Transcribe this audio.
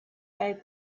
gave